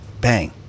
Bang